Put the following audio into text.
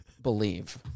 believe